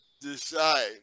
decide